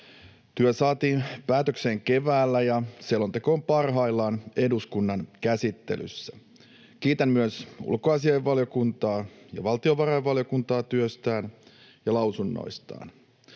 Työ saatiin päätökseen keväällä, ja selonteko on parhaillaan eduskunnan käsittelyssä. Kiitän myös ulkoasiainvaliokuntaa ja valtiovarainvaliokuntaa työstään ja lausunnoistaan.